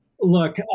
Look